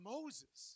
Moses